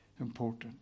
important